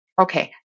okay